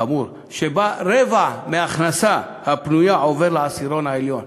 זה חמור, רבע מההכנסה הפנויה עובר לעשירון העליון.